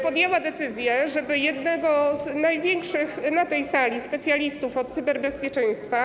podjęła decyzję, żeby jednego z największych na tej sali specjalistów od cyberbezpieczeństwa.